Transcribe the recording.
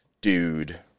dude